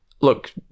Look